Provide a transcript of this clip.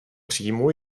příjmů